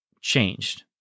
changed